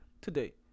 today